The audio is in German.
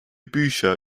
bücher